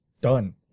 Done